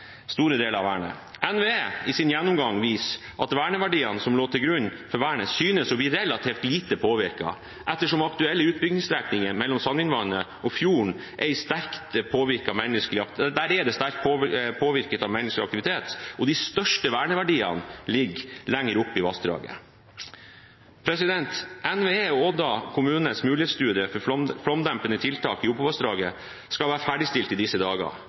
NVE viser i sin gjennomgang at verneverdiene som lå til grunn for vernet, synes å bli relativt lite påvirket, ettersom aktuelle utbyggingsstrekninger mellom Sandvinvatnet og fjorden er sterkt påvirket av menneskelig aktivitet, og de største verneverdiene ligger lenger oppe i vassdraget. NVE og Odda kommunes mulighetsstudie for flomdempende tiltak i Opovassdraget skal være ferdigstilt i disse dager.